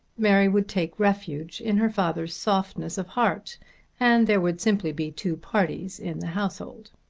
mary would take refuge in her father's softness of heart and there would simply be two parties in the household.